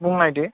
बुंलायदो